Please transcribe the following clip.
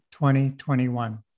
2021